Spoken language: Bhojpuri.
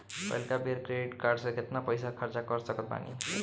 पहिलका बेर क्रेडिट कार्ड से केतना पईसा खर्चा कर सकत बानी?